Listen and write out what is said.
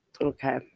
Okay